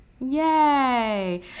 Yay